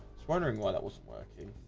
it's wondering why that wasn't working